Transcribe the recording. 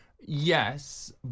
Yes